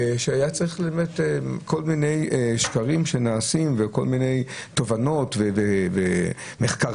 שאולי צריך כל מיני שקרים שנעשים וכל מיני תובנות ומחקרים,